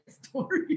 story